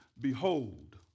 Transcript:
behold